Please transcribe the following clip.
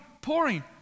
pouring